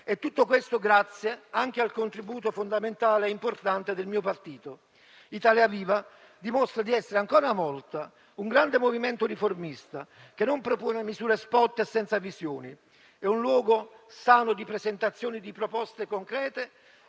e tutto questo grazie anche al contributo fondamentale e importante del mio partito. Italia Viva dimostra di essere ancora una volta un grande movimento riformista, che non propone misure *spot* e senza visione. È invece un luogo sano di presentazione di proposte concrete